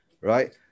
right